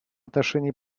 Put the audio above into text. отношении